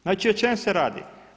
Znači o čem se radi?